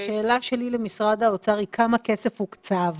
השאלה שלי למשרד האוצר, היא כמה כסף הוקצב